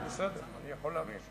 זה בסדר, זה בסדר, אני יכול להבין.